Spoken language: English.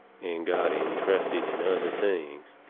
and got intrusted in other things,